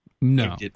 No